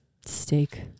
Steak